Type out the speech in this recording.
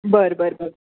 बरं बरं बरं